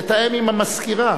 תתאם עם המזכירה